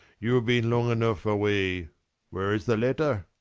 you've been long enough away where is the letter?